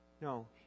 No